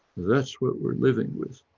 that's what we're living with.